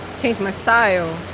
change my style